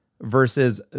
versus